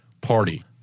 party